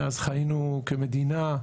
מאז חיינו כמדינה,